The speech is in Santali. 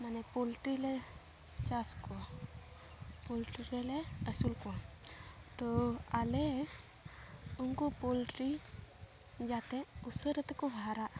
ᱢᱟᱱᱮ ᱯᱳᱞᱴᱨᱤ ᱞᱮ ᱪᱟᱥ ᱠᱚᱣᱟ ᱯᱳᱞᱴᱨᱤ ᱨᱮᱞᱮ ᱟᱹᱥᱩᱞ ᱠᱚᱣᱟ ᱛᱚ ᱟᱞᱮ ᱩᱱᱠᱩ ᱯᱳᱞᱴᱨᱤ ᱡᱟᱛᱮ ᱩᱥᱟᱹᱨᱟ ᱛᱮᱠᱚ ᱦᱟᱨᱟᱜᱼᱟ